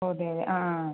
ഓ അതെ അതെ ആ ആ ആ